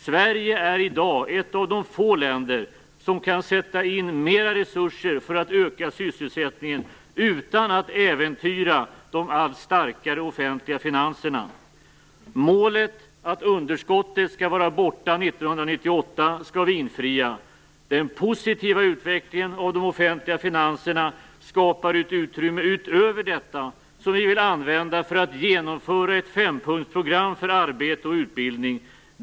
Sverige är i dag ett av de få länder som kan sätta in mer resurser för att öka sysselsättningen utan att äventyra de allt starkare offentliga finanserna. Målet att underskottet skall vara borta 1998 skall vi infria. Den positiva utvecklingen av de offentliga finanserna skapar ett utrymme utöver detta som regeringen vill använda för att genomföra ett fempunktsprogram för arbete och utbildning.